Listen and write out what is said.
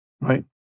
Right